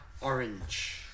orange